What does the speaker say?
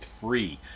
free